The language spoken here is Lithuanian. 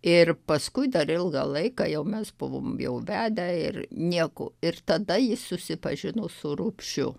ir paskui dar ilgą laiką jau mes buvom jau vedę ir nieko ir tada jis susipažino su rupšiu